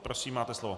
Prosím, máte slovo.